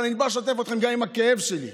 אבל אני בא לשתף אתכם בכאב שלי,